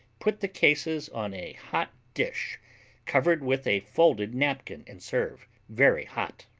put the cases on a hot dish covered with a folded napkin, and serve very hot.